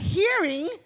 hearing